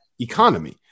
economy